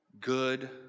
good